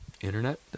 Internet